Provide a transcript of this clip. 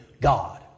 God